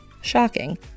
shocking